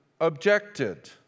objected